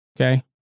Okay